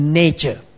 nature